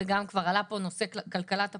וגם כבר עלה פה נושא כלכלת הפלטפורמות,